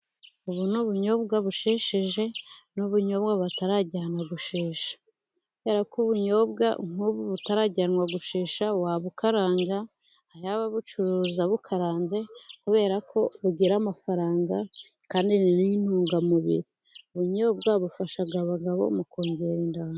Ubu ni ubunyobwa bushesheje, ni ubunyobwa batarajyana gushesha. Kubera ko ubunyobwa nk'ubu butarajyanwa gushesha wabukaranga, hari ababucuruza bukaranze kubera ko bugira amafaranga kandi n'intungamubiri, ubunyobwa bufasha abagabo mu kongera intanga.